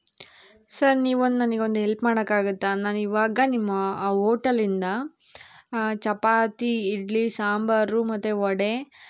sir ನೀವು ಒಂದು ನನಗೊಂದು ಎಲ್ಪ್ ಮಾಡೋಕಾಗತ್ತಾ ನಾನು ಇವಾಗ ನಿಮ್ಮ ಆ ವೋಟಲಿಂದ ಚಪಾತಿ ಇಡ್ಲಿ ಸಾಂಬಾರು ಮತ್ತು ವಡೆ